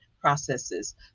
processes